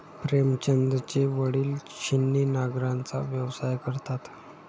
प्रेमचंदचे वडील छिन्नी नांगराचा व्यवसाय करतात